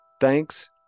Thanks